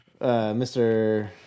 Mr